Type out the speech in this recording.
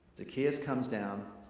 zacchaeus comes down,